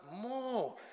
more